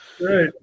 right